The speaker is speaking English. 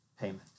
payment